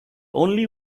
only